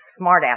smartass